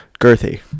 Girthy